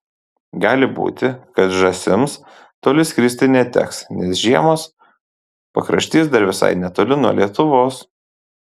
gali būti kad žąsims toli skristi neteks nes žiemos pakraštys dar visai netoli nuo lietuvos